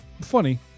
Funny